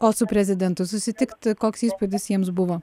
o su prezidentu susitikt koks įspūdis jiems buvo